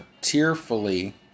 tearfully